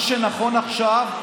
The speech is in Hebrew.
מה שנכון עכשיו,